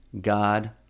God